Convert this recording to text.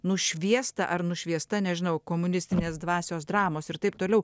nušviesta ar nušviesta nežinau komunistinės dvasios dramos ir taip toliau